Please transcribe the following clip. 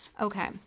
Okay